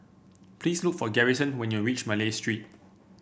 please look for Garrison when you reach Malay Street